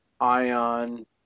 Ion